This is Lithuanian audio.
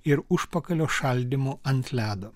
ir užpakalio šaldymu ant ledo